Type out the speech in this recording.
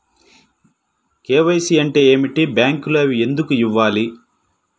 KYC అంటే ఏమిటి? బ్యాంకులో అవి ఎందుకు ఇవ్వాలి?